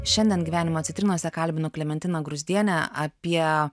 šiandien gyvenimo citrinose kalbinu klementiną gruzdienę apie